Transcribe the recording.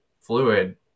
fluid